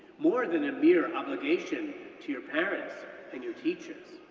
more than a mere obligation to your parents and your teachers.